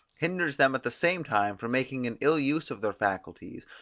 hinders them at the same time from making an ill use of their faculties,